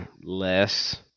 less